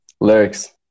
lyrics